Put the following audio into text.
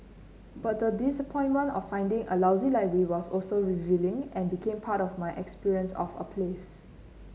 but the disappointment of finding a lousy library was also revealing and became part of my experience of a place